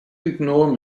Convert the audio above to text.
ignore